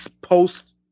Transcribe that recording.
post